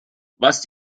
was